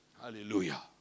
Hallelujah